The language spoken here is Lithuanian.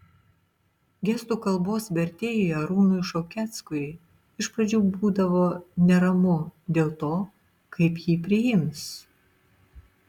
gestų kalbos vertėjui arūnui šaukeckui iš pradžių būdavo neramu dėl to kaip jį priims